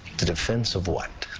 the defense of what?